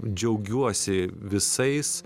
džiaugiuosi visais